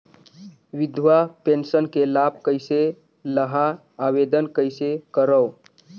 विधवा पेंशन के लाभ कइसे लहां? आवेदन कइसे करव?